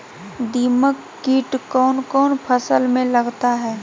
दीमक किट कौन कौन फसल में लगता है?